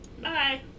Bye